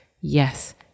Yes